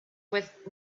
with